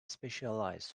specialized